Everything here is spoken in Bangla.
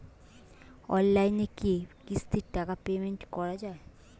অনলাইনে কি কিস্তির টাকা পেমেন্ট করা যায়?